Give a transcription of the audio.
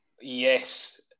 yes